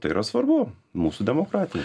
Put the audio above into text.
tai yra svarbu mūsų demokratijai